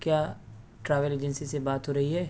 کیا travel agency سے بات ہو رہی ہے